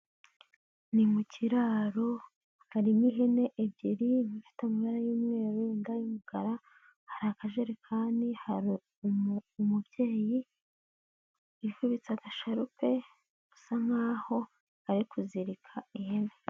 Ni mu kiraro harimo ihene ebyiri, imwe ifite amara y'umweru indi ay'umukara, hari akajerekani, hari umubyeyi wifubitse agasharupe usa nkaho ari kuzirika ihene.